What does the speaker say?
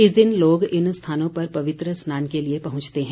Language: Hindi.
इस दिन लोग इन स्थानों पर पवित्र स्नान के लिए पहुंचते हैं